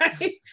right